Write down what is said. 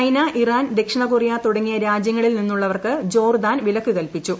China Iran ദക്ഷിണകൊറിയ തുടങ്ങിയ രാജ്യങ്ങളിൽ നിന്നുളളവർക്ക് ജോർദാൻ വിലക്കു കൽപിച്ചു